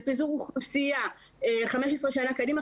אם אנחנו רוצים לייצר פיזור אוכלוסייה 15 שנה קדימה,